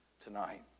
tonight